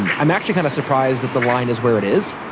um i'm actually kind of surprised that the line is where it is.